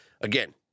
Again